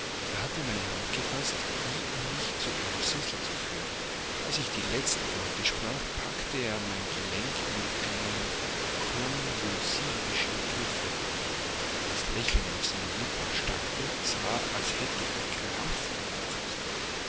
er hatte meine hand gefaßt wie um mich zu einem sessel zu führen als ich die letzten worte sprach packte er mein gelenk mit einem konvulsivischen griffe das lächeln auf seinen lippen erstarrte er war als hätte ein krampf ihn erfaßt